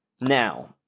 Now